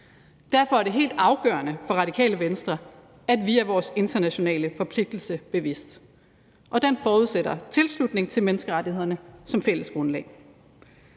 Derfor er det helt afgørende for Radikale Venstre, at vi er vores internationale forpligtelse bevidst, og den forudsætter tilslutning til menneskerettighederne som fælles grundlag.